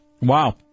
Wow